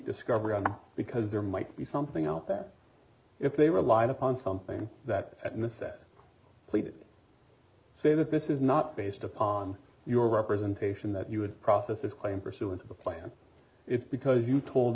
discovery because there might be something else that if they relied upon something that missed that please say that this is not based upon your representation that you would process a claim pursuant to the plan it's because you told